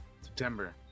september